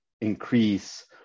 increase